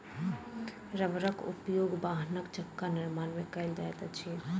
रबड़क उपयोग वाहनक चक्का निर्माण में कयल जाइत अछि